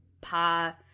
Pa